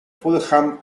fulham